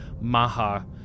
Maha